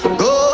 go